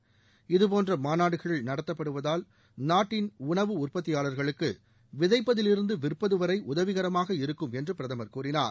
மாநாடுகள் இதுபோன்ற நடத்தப்படுவதால் நாட்டின் உணவு உற்பத்தியாாளர்களுக்கு விதைப்பதிலிருந்து விற்பது வரை உதவிகரமாக இருக்கும் என்று பிரதமர் கூறினார்